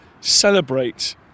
celebrate